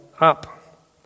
up